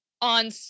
on